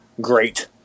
great